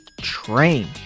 train